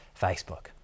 Facebook